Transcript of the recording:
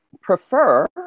prefer